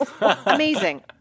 Amazing